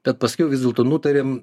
bet paskiau vis dėlto nutarėm